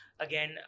Again